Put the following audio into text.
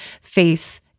face